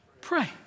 pray